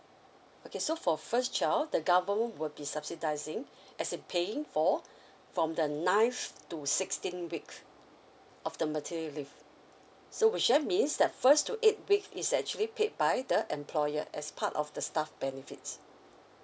okay so for first child the government will be subsidising as in paying for from the ninth to sixteenth week of the maternity leave so which means that first to eighth week is actually paid by the employer as part of the staff benefits